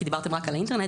כי דיברתם רק על האינטרנט,